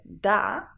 da